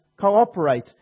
cooperate